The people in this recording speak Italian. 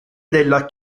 della